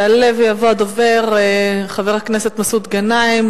יעלה ויבוא הדובר חבר הכנסת מסעוד גנאים.